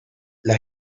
las